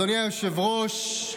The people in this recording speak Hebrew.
אדוני היושב-ראש,